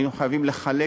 היינו חייבים לחלק